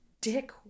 Dick